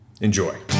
Enjoy